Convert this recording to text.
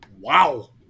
Wow